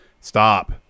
stop